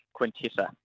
Quintessa